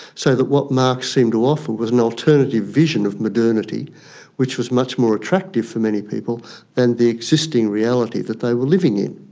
so what marx seemed to offer was an alternative vision of modernity which was much more attractive for many people than the existing reality that they were living in.